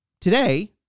today